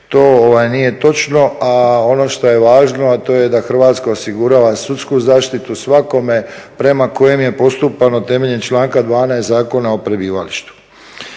To nije točno, a ono što je važno, a to je da Hrvatska osigurava sudsku zaštitu svakome prema kojem je postupano temeljem članka 12. Zakona o prebivalištu.